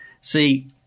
See